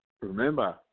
remember